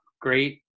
great